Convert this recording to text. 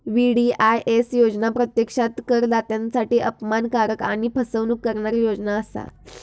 VDIS योजना प्रत्यक्षात करदात्यांसाठी अपमानकारक आणि फसवणूक करणारी योजना असा